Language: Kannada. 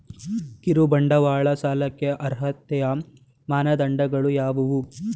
ಕಿರುಬಂಡವಾಳ ಸಾಲಕ್ಕೆ ಅರ್ಹತೆಯ ಮಾನದಂಡಗಳು ಯಾವುವು?